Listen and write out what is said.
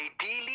Ideally